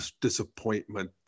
disappointment